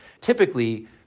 Typically